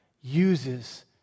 uses